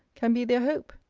can be their hope?